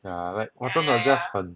ya like 我真的 just 很